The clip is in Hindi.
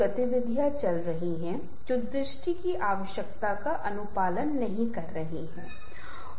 संबंध बनाने के लिए हमें कई चरणों का पालन करना होगा